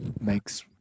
makes